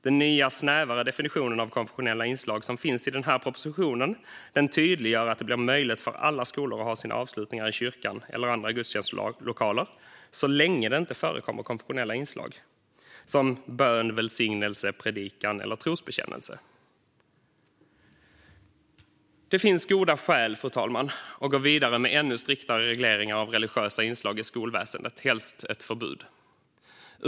Den nya och snävare definitionen av konfessionella inslag som finns i denna proposition tydliggör att det är möjligt för alla skolor att ha sina avslutningar i kyrkor eller i andra gudstjänstlokaler så länge det inte förekommer konfessionella inslag som bön, välsignelse, predikan eller trosbekännelse. Fru talman! Det finns goda skäl att gå vidare med ännu striktare regleringar av religiösa inslag i skolväsendet, helst ett förbud.